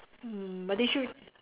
mm but they should